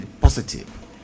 positive